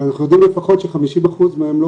אבל אנחנו יודעים לפחות ש-50% מהם לא